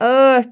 ٲٹھ